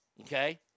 Okay